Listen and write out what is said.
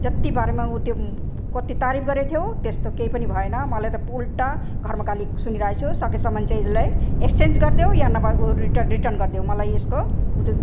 जत्ति बारेमा उ त्यो कति तारिफ गरेको थियौ त्यस्तो केही पनि भएन मलाई त उल्टा घरमा गाली सुनिरहेछु सकेसम्म चाहिँ यसलाई एक्स्चेन्ज गरिदेऊ या नभए उल्टा रिटर्न गर्देऊ मलाई यसको ऊ त्यो